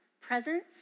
presence